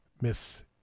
miss